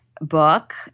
book